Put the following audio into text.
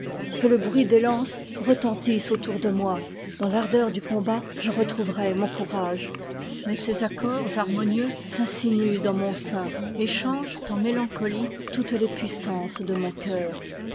que le n bruit des lances retentisse autour de moi dans l'ardeur du combat je retrouverai mon courage mais ces accords harmonieux s'insinuent dans mon sein et changent en mélancolie toutes les puissances de mon cœur